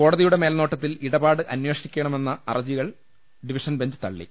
കോടതിയുടെ മേൽനോട്ടത്തിൽ ഇടപാട് അന്വേഷിക്കണമെന്ന ഹർജികൾ ഡിവിഷൻബെഞ്ച് തള്ളി